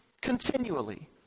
Continually